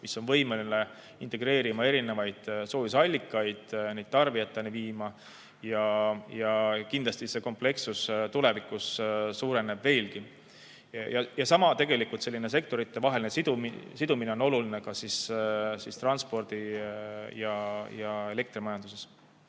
mis on võimeline integreerima erinevaid soojusallikaid, neid tarbijateni viima. Kindlasti see komplekssus suureneb tulevikus veelgi. Tegelikult selline sektoritevaheline sidumine on oluline ka transpordi‑ ja elektrimajanduses.